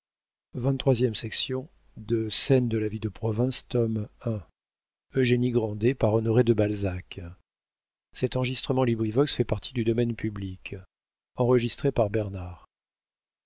de la vie de province tome i author honoré de balzac